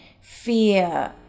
fear